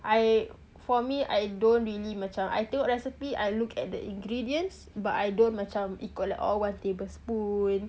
I for me I don't really macam I tengok recipe I look at the ingredients but I don't macam ikut one tablespoon